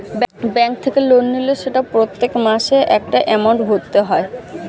bank থেকে loan নিলে সেটা প্রত্যেক মাসে একটা এমাউন্ট ভরতে হয়